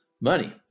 money